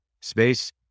space